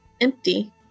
empty